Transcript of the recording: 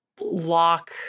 lock